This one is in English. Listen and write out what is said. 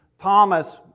Thomas